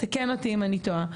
תקן אותי אם אני טועה.